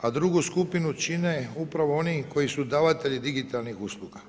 a drugu skupinu čine upravo oni koji su davatelji digitalnih usluga.